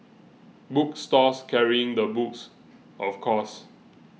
book stores carrying the books of course